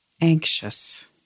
anxious